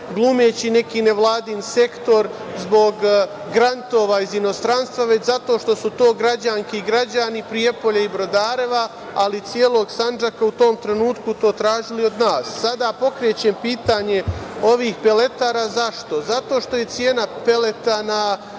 glumeći neki nevladin sektor zbog grantova iz inostranstva, već zato što su to građanke i građani Prijepolja i Brodareva, ali i celog Sandžaka, u tom trenutku to tražili od nas. Sada pokrećem pitanje ovih peletara, zašto? Zato što je cena peleta na